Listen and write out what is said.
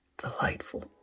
Delightful